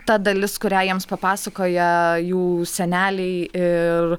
ta dalis kurią jiems papasakoja jų seneliai ir